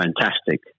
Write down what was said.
fantastic